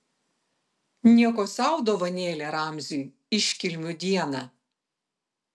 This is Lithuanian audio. nieko sau dovanėlė ramziui iškilmių dieną